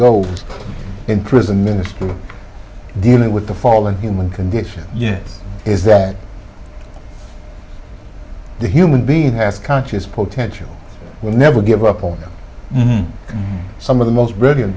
go in prison ministry dealing with the fall in human condition yes is that the human being has conscious potential will never give up on some of the most brilliant